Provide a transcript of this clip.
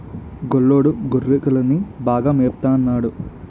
గొల్లోడు గొర్రెకిలని బాగా మేపత న్నాడు